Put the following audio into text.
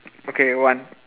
okay one